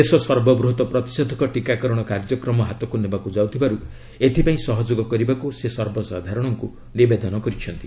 ଦେଶ ସର୍ବବୃହତ ପ୍ରତିଷେଧକ ଟିକାକରଣ କାର୍ଯ୍ୟକ୍ରମ ହାତକୁ ନେବାକୁ ଯାଉଥିବାରୁ ଏଥିପାଇଁ ସହଯୋଗ କରିବାକୁ ସେ ସର୍ବସାଧାରଣଙ୍କୁ ନିବେଦନ କରିଛନ୍ତି